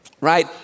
right